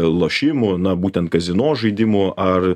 lošimų na būtent kazino žaidimų ar